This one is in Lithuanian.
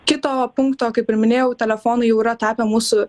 kito punkto kaip ir minėjau telefonai jau yra tapę mūsų